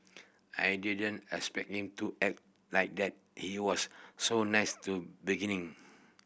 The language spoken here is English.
I didn't expect him to act like that he was so nice to beginning